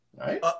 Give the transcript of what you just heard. right